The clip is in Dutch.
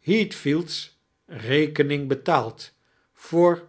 heathfield's rekening betaald voor